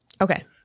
Okay